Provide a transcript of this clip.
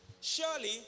Surely